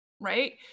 right